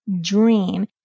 dream